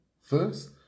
first